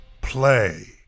play